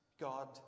God